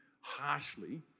harshly